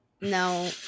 no